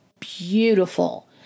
Beautiful